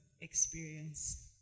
Experience